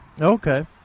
Okay